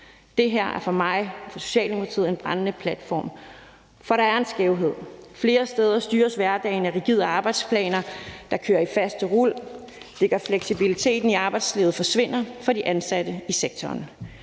Det her er for mig og for Socialdemokratiet en brændende platform. For der er en skævhed. Flere steder styres hverdagen af rigide arbejdsplaner, der kører i faste rul, og fleksibiliteten i arbejdslivet forsvinder for de ansatte i sektoren.